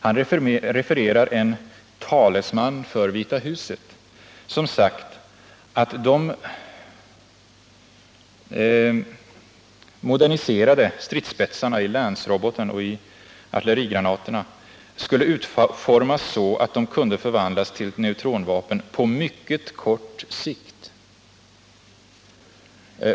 Han refererar en talesman för Vita Huset som sagt att de moderniserade stridsspetsarna i Lancerobotarna och i artillerigranaterna skulle utformas så att de kunde förvandlas till neutronvapen ”på mycket kort tid”.